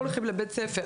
הולכים לבית ספר,